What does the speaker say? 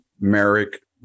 Merrick